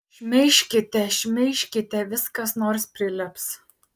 šmeižkite šmeižkite vis kas nors prilips